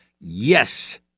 Yes